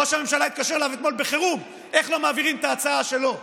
ראש הממשלה התקשר אליו בחירום איך לא מעבירים את ההצעה שלו אתמול,